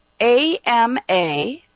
AMA